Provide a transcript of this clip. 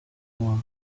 before